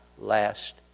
last